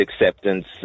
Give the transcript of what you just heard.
acceptance